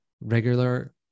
regular